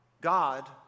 God